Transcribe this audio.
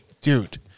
dude